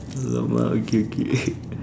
alamak okay okay